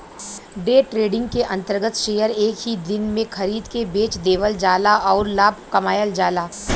day trading के अंतर्गत share एक ही दिन में खरीद के बेच देवल जाला आउर लाभ कमायल जाला